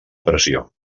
pressió